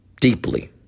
Deeply